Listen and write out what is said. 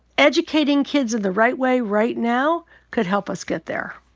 educating kids in the right way right now could help us get there.